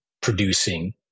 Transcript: producing